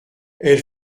elle